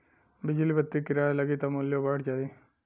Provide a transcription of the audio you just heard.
बिजली बत्ति किराया लगी त मुल्यो बढ़ जाई